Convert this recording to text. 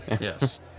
Yes